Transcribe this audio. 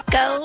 go